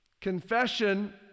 Confession